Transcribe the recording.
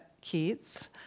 Keats